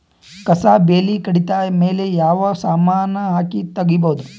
ಕಸಾ ಬೇಲಿ ಕಡಿತ ಮೇಲೆ ಯಾವ ಸಮಾನ ಹಾಕಿ ತಗಿಬೊದ?